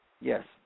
Yes